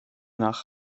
nach